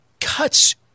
cuts